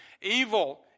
Evil